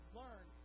learn